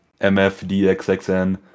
mfdxxn